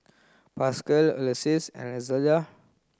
Pasquale Ulysses and Elzada